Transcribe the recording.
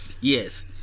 Yes